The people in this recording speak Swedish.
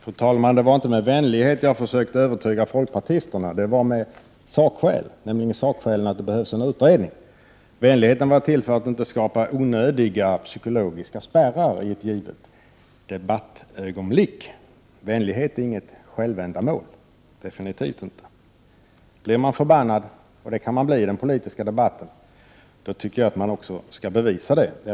Fru talman! Det var inte med vänlighet jag försökte övertyga folkpartisterna. Det var med sakskäl, nämligen sakskälet att det behövs en utredning. Vänligheten var till för att inte skapa onödiga psykologiska spärrar i ett givet debattögonblick. Vänlighet är inget självändamål, definitivt inte. Blir man förbannad, och det kan man bli i den politiska debatten, tycker jag att man också skall visa det.